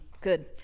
Good